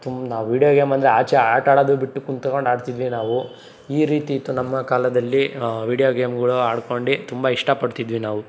ತುಂಬ ನಾವು ವೀಡಿಯೋ ಗೇಮಂದ್ರೆ ಆಚೆ ಆಟ ಆಡೋದು ಬಿಟ್ಟು ಕೂತ್ಕೊಂಡು ಆಡ್ತಿದ್ವಿ ನಾವು ಈ ರೀತಿ ಇತ್ತು ನಮ್ಮ ಕಾಲದಲ್ಲಿ ವೀಡಿಯೋ ಗೇಮ್ಗಳು ಆಡ್ಕೊಂಡು ತುಂಬ ಇಷ್ಟಪಡ್ತಿದ್ವಿ ನಾವು